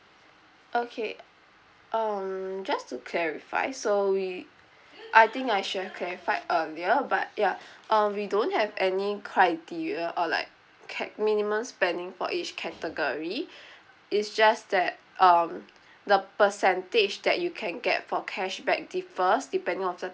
okay um just to clarify so we I think I should have clarified earlier but ya uh we don't have any criteria or like capped minimum spending for each category it's just that um the percentage that you can get for cashback differs depending of the